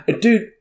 dude